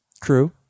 True